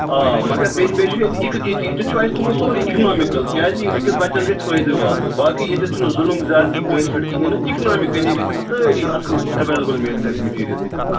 آ مگر بیٚیہِ بیٚیہِ چھُ ییٚتہِ اِک ییٚتٮ۪تھ چھُ اَسہِ تھومُت سورٕے اکنامِکٕل کیٛازِ یہِ أکِس بچس گَژھِ فٲیدٕ واتُن باقٕے ییٚتٮ۪تھ چھُنہٕ ظُلم زاتی کٲنٛسہِ پٮ۪ٹھ کِہیٖنۍ نہٕ اِکنامِکلی گَژھن سٲری اصٕل ایولیبل مٮ۪لہِ مےٚ مِٹیٖرل ییٚتھٮ۪ن